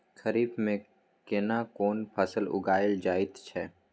खरीफ में केना कोन फसल उगायल जायत छै?